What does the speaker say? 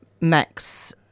Max